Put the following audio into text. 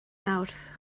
mawrth